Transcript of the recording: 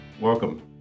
Welcome